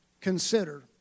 consider